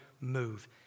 move